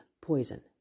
poison